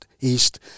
East